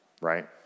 right